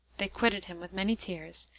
they quitted him with many tears,